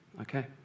Okay